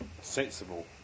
Sensible